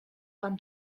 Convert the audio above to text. pan